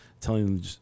telling